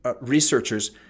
researchers